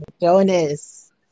Jonas